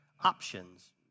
options